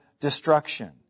destruction